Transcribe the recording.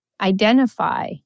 identify